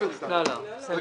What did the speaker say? (הישיבה נפסקה בשעה 13:00 ונתחדשה בשעה 13:15.) רבותי,